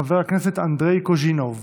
חבר הכנסת אנדרי קוז'ינוב,